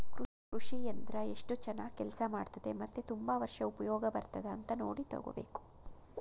ಕೃಷಿ ಯಂತ್ರ ಎಸ್ಟು ಚನಾಗ್ ಕೆಲ್ಸ ಮಾಡ್ತದೆ ಮತ್ತೆ ತುಂಬಾ ವರ್ಷ ಉಪ್ಯೋಗ ಬರ್ತದ ಅಂತ ನೋಡಿ ತಗೋಬೇಕು